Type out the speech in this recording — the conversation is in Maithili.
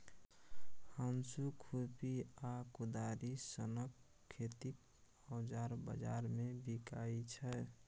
हाँसु, खुरपी आ कोदारि सनक खेतीक औजार बजार मे बिकाइ छै